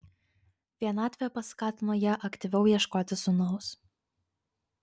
vienatvė paskatino ją aktyviau ieškoti sūnaus